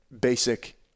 basic